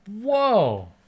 whoa